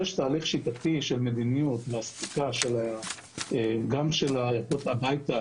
יש תהליך שיטתי של מדיניות לאספקה גם של הערכות הביתה